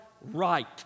right